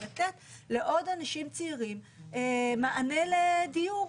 ולתת לעוד אנשים צעירים מענה לדיור.